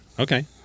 Okay